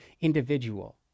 individual